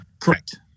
Correct